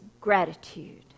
gratitude